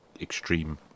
extreme